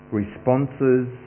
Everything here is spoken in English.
responses